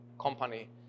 company